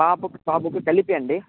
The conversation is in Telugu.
పాపకి బాబుకి కలిపి అండి